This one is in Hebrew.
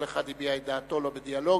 כל אחד הביע את דעתו, לא בדיאלוג.